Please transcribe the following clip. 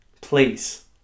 please